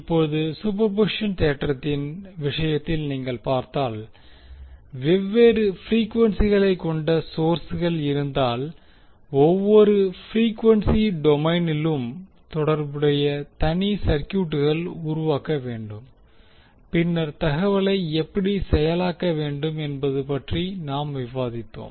இப்போது சூப்பர்பொசிஷன் தேற்றத்தின் விஷயத்தில் நீங்கள் பார்த்தால் வெவ்வேறு ப்ரீக்வென்சிகளை கொண்ட சோர்ஸ்கள் இருந்தால் ஒவ்வொரு ப்ரீக்வென்சி டொமைனிலும் தொடர்புடைய தனி சர்க்யூட்டுகள் உருவாக்க வேண்டும் பின்னர் தகவலை எப்படி செயலாக்க வேண்டும் என்பது பற்றி நாம் விவாதித்தோம்